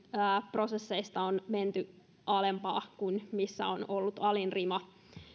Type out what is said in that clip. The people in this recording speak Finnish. prosesseista on menty alempaa kuin siitä missä on ollut alin rima